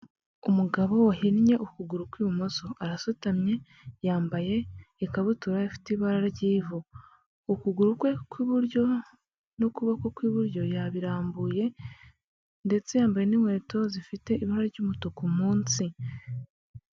Umugabo uhinnye ukuguru kw’ ibumuso arasutamye, yambaye ikabutura ifite ibara ry’ ivu. Ukuguru kwe kw’iburyo n’ ukubono kw’ iburyo yabirambuye ndetse yambaye n’ nkweto zifite ibara ry’ umutuku munsi.